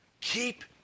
keep